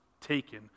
taken